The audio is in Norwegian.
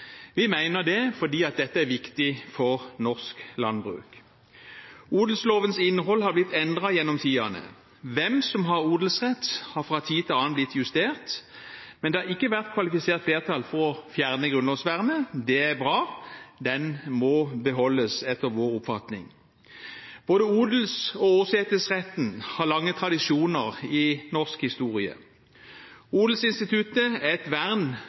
Vi mener det fordi dette er viktig for norsk landbruk. Odelslovens innhold har blitt endret gjennom tidene. Hvem som har odelsrett, har fra tid til annen blitt justert, men det har ikke vært kvalifisert flertall for å fjerne grunnlovsvernet. Det er bra. Det må beholdes, etter vår oppfatning. Både odels- og åsetesretten har lange tradisjoner i norsk historie. Odelsinstituttet er et vern